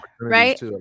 right